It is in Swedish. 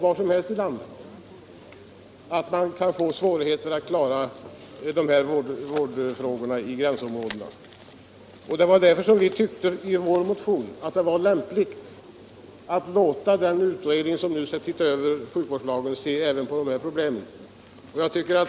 Var som helst i landet kan man få svårt att klara vårdfrågorna i gränsområdena. Därför tyckte vi i vår motion att det vore lämpligt att låta den utredning som skall se över sjukvårdslagen granska även dessa problem.